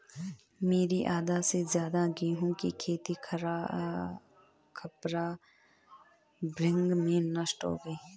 मेरी आधा से ज्यादा गेहूं की खेती खपरा भृंग से नष्ट हो गई